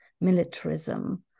militarism